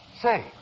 Say